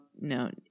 no